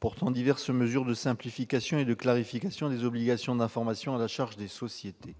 portant diverses mesures de simplification et de clarification des obligations d'information à la charge des sociétés.